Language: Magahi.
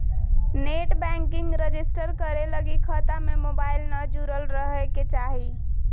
नेट बैंकिंग रजिस्टर करे लगी खता में मोबाईल न जुरल रहइ के चाही